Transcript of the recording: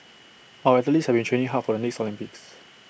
our athletes have been training hard for the next Olympics